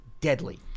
deadly